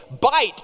bite